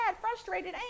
frustrated